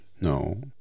no